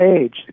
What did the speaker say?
age